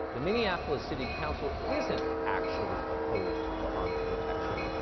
the minneapolis city council isn't actually opposed to armed protection,